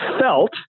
felt